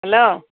hello